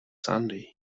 sunday